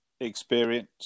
experience